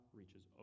reaches